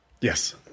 Yes